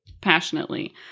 passionately